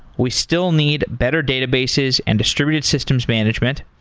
we still need better databases and distributed systems management,